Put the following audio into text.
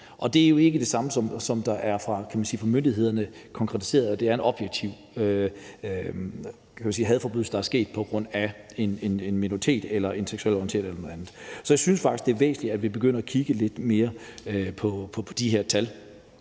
og det er jo ikke det samme, som at det fra myndighedernes side er konkretiseret, at der er tale om en objektiv hadforbrydelse, der er sket på baggrund af etnicitet, seksuel orientering eller noget andet. Så jeg synes faktisk, det er væsentligt, at vi begynder at kigge lidt mere på de her tal